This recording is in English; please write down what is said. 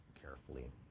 carefully